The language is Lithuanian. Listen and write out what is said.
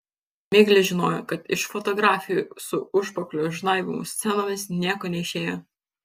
miglė žinojo kad iš fotografijų su užpakalio žnaibymo scenomis nieko neišėjo